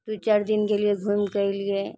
दू चारि दिन गेलियै घुमि कऽ एलियै